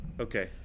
Okay